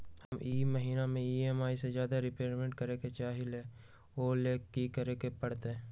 हम ई महिना में ई.एम.आई से ज्यादा रीपेमेंट करे के चाहईले ओ लेल की करे के परतई?